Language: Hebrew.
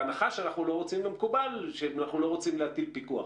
בהנחה שאנחנו לא רוצים להטיל פיקוח,